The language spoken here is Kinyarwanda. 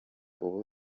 ubu